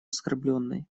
оскорблённой